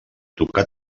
tocar